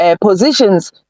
positions